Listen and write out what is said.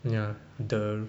ya the